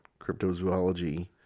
cryptozoology